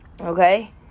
Okay